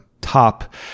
top